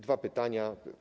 Dwa pytania.